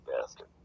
bastard